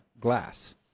glass